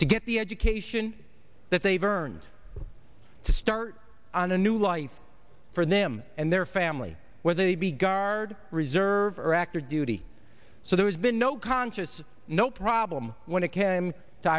to get the education that they've earned to start a new life for them and their family whether they be guard or reserve or act or duty so there has been no conscious no problem when it came to